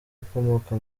ukomoka